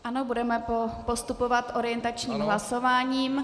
Ano, budeme postupovat orientačním hlasováním.